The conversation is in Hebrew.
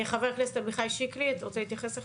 חבר הכנסת עמיחי שיקלי, אתה רוצה להתייחס עכשיו?